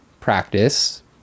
practice